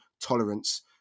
tolerance